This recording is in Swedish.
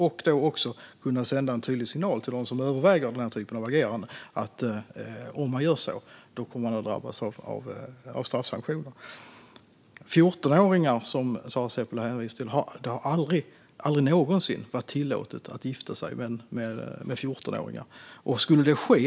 Vad mer behöver vi göra för att sända en tydlig signal till dem som överväger den här typen av agerande om att man om man gör på det sättet kommer att drabbas av straffsanktioner? Det har aldrig någonsin varit tillåtet att gifta sig med 14-åringar, som Sara Seppälä hänvisar till.